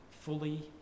fully